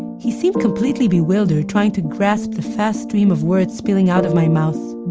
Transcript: he seemed completely bewildered, trying to grasp the fast stream of words spilling out of my mouth.